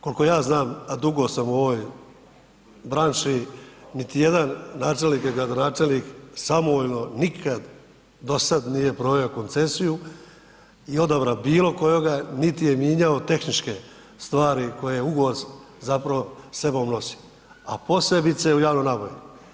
Koliko ja znam a dugo sam u ovoj branši niti jedan načelnik ni gradonačelnik samovoljno nikad do sada nije proveo koncesiju i odabrao bilo kojega niti je mijenjao tehničke stvari koje uvoz zapravo sa sobom nosi a posebice u javnoj nabavi.